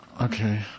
Okay